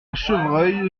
chevreuil